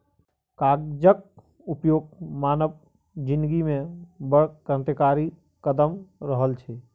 कागजक उपयोग मानव जिनगीमे बड़ क्रान्तिकारी कदम रहल छै